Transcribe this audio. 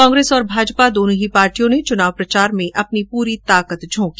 कांग्रेस और भाजपा दोनों ही पार्टियों ने चुनाव प्रचार में अपनी पूरी ताकत झोंकी